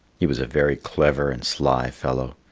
he was a very clever and sly fellow,